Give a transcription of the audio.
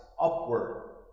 upward